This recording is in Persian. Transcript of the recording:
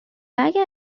اگر